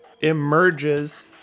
emerges